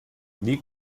wie